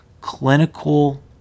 clinical